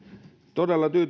todella